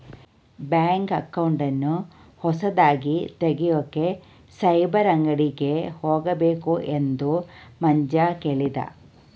bank ಅಕೌಂಟನ್ನ ಹೊಸದಾಗಿ ತೆಗೆಯೋಕೆ ಸೈಬರ್ ಅಂಗಡಿಗೆ ಹೋಗಬೇಕು ಎಂದು ಮಂಜ ಕೇಳಿದ